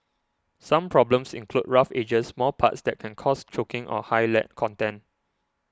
some problems include rough edges small parts that can cause choking or high lead content